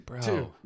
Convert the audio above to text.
two